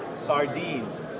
Sardines